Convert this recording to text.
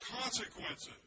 consequences